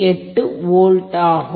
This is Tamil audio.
28 வி ஆகும்